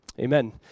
Amen